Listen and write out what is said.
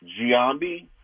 Giambi